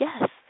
yes